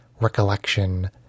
recollection